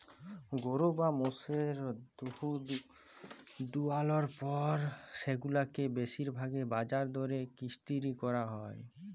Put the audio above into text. গরু বা মোষের দুহুদ দুয়ালর পর সেগুলাকে বেশির ভাগই বাজার দরে বিক্কিরি ক্যরা হ্যয়